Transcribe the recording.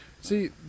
See